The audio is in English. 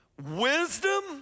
Wisdom